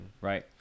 Right